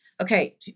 Okay